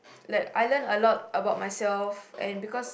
like I learnt a lot about myself and because